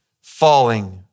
falling